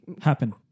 Happen